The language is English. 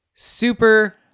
super